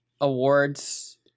awards